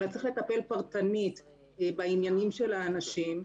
אלא צריך לטפל פרטנית בעניינים של האנשים.